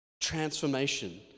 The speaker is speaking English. transformation